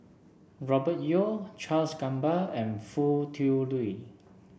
Robert Yeo Charles Gamba and Foo Tui Liew